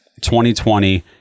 2020